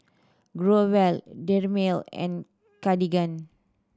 Growell Dermale and Cartigain